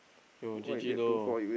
you G_G loh